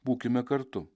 būkime kartu